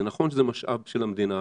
זה נכון שזה משאב של המדינה,